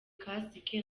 kasike